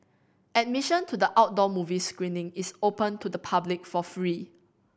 admission to the outdoor movie screening is open to the public for free